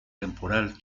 temporal